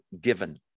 given